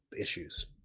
issues